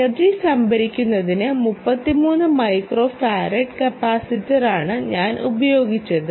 energy സംഭരിക്കുന്നതിന് 33 microfarad കപ്പാസിറ്ററാണ് ഞാൻ ഉപയോഗിച്ചത്